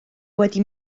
wedi